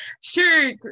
sure